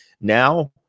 Now